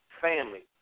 family